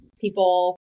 people